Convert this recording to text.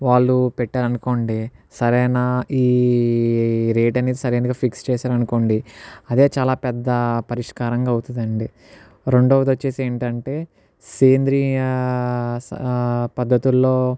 వాళ్ళు పెట్టారనుకోండి సరైన ఈ రేట్ అనేది సరైనదిగా ఫిక్స్ చేశారనుకోండి అదే చాలా పెద్ద పరిష్కారంగా అవుతుందండి రెండవదొచ్చేసి ఏంటంటే సేంద్రియ పద్ధతుల్లో